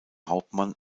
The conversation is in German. hauptmann